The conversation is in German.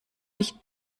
nicht